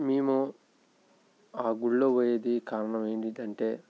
మేము ఆ గుళ్ళో పోయేది కారణం ఏమిటంటే